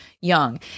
young